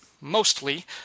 mostly